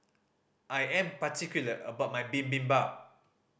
I am particular about my Bibimbap